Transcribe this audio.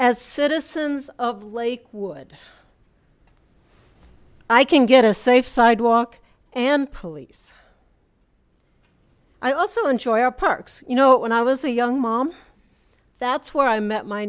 as citizens of lakewood i can get a safe sidewalk and police i also enjoy our parks you know when i was a young mom that's where i met my